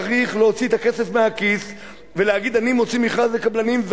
צריך להוציא את הכסף מהכיס ולהגיד: אני מוציא מכרז לקבלנים,